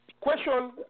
Question